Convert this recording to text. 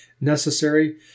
necessary